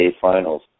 finals